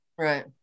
Right